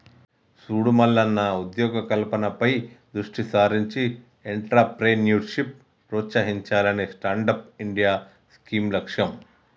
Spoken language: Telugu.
సూడు మల్లన్న ఉద్యోగ కల్పనపై దృష్టి సారించి ఎంట్రప్రేన్యూర్షిప్ ప్రోత్సహించాలనే స్టాండప్ ఇండియా స్కీం లక్ష్యం